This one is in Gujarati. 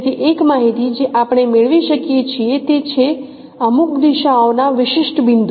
તેથી એક માહિતી જે આપણે મેળવી શકીએ છીએ તે છે અમુક દિશાઓનાં વિશિષ્ટ બિંદુ